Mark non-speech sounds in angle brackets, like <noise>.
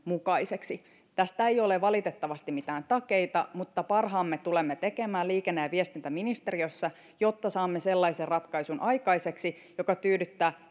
<unintelligible> mukaiseksi tästä ei ole valitettavasti mitään takeita mutta parhaamme tulemme tekemään liikenne ja viestintäministeriössä jotta saamme aikaiseksi sellaisen ratkaisun joka tyydyttää <unintelligible>